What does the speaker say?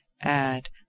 add